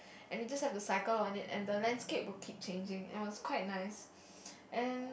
and we just have to cycle on it and the landscape will keep changing and it was quite nice and